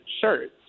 shirts